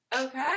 Okay